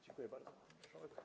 Dziękuję bardzo, pani marszałek.